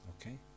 Okay